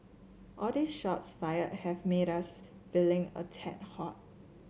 all these shots fired have made us feeling a tad hot